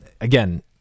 Again